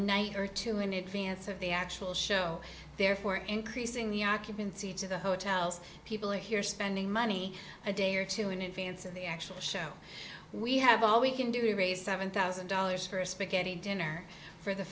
night or two in advance of the actual show therefore increasing the occupancy to the hotels people are here spending money a day or two in advance of the actual show we have all we can do we raised seven thousand dollars for a speak at a dinner for the